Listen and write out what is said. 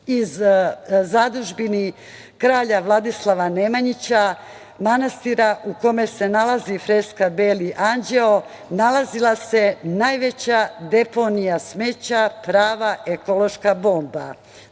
i zadužbini kralja Vladislava Nemanjića, manastira u kome se nalazi freska „Beli anđeo“, nalazila se najveća deponija smeća, prava ekološka